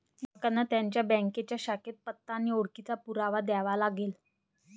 ग्राहकांना त्यांच्या बँकेच्या शाखेत पत्ता आणि ओळखीचा पुरावा द्यावा लागेल